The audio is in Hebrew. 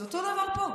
אותו הדבר פה.